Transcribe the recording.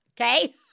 Okay